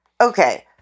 Okay